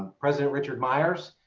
president richard myers.